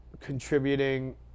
contributing